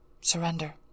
Surrender